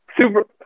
super